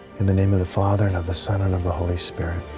in the name of the father and of the son and of the holy spirit,